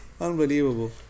Unbelievable